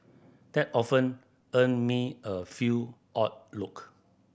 that often earn me a few odd look